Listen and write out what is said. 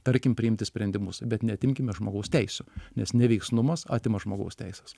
tarkim priimti sprendimus bet neatimkime žmogaus teisių nes neveiksnumas atima žmogaus teises